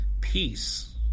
peace